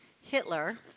Hitler